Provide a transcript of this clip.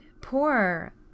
poor